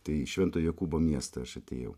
tai į švento jokūbo miestą aš atėjau